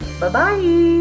bye-bye